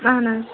اہَن حظ